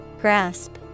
Grasp